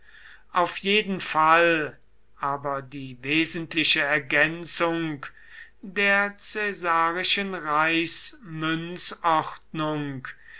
auf jeden fall aber die wesentliche ergänzung der